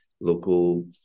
local